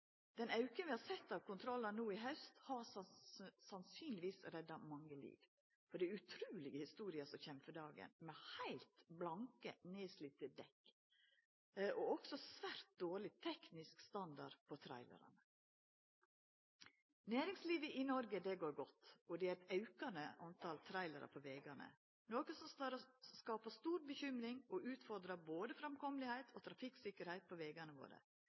Den auken i kontrollar vi såg sist haust, har sannsynlegvis redda mange liv. Og det er utrulege historier som kjem for dagen – trailerar med heilt blanke, nedslitne dekk og med svært dårleg teknisk standard. Næringslivet i Noreg går godt. Talet på trailerar på vegane er aukande, noko som bekymrar, og som utfordrar både framkomst og